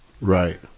right